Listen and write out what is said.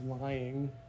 lying